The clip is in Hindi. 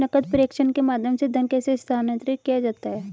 नकद प्रेषण के माध्यम से धन कैसे स्थानांतरित किया जाता है?